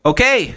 Okay